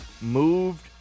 moved